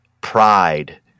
pride